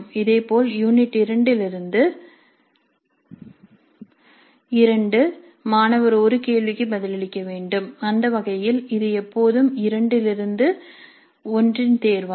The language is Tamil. இதேபோல் யூனிட் 2 இலிருந்து 2 மாணவர் 1 கேள்விக்கு பதிலளிக்க வேண்டும் அந்த வகையில் இது எப்போதும் 2 இலிருந்து 1 இன் தேர்வாகும்